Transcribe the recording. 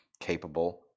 Capable